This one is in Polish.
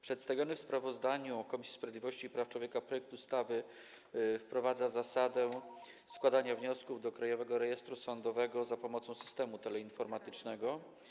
Przedstawiony w sprawozdaniu Komisji Sprawiedliwości i Praw Człowieka projekt ustawy wprowadza zasadę składania wniosków do Krajowego Rejestru Sądowego za pomocą systemu teleinformatycznego.